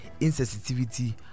insensitivity